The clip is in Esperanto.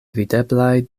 videblaj